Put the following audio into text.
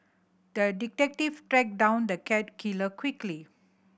the detective tracked down the cat killer quickly